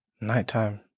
Nighttime